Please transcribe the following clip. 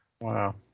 Wow